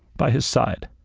by his side.